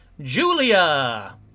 Julia